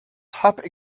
top